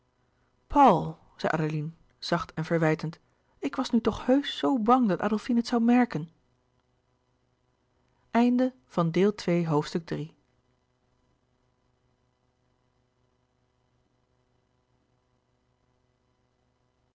zei adeline zacht en verwijtend ik was nu toch heusch zoo bang dat adolfine het zoû merken